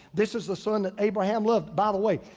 this is the son that abraham love. by the way,